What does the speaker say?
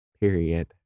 Period